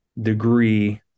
degree